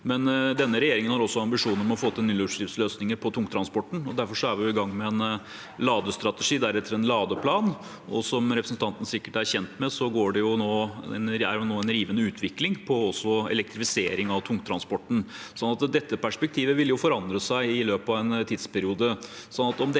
Men denne regjeringen har også ambisjoner om å få til nullutslippsløsninger på tungtransporten, og derfor er vi i gang med en ladestrategi og deretter en ladeplan. Og som representanten sikkert er kjent med, er det nå en rivende utvikling også på elektrifisering av tungtransporten. Så dette perspektivet vil jo forandre seg i løpet av en tidsperiode.